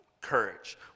courage